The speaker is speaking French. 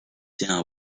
tient